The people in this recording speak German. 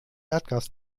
erdgas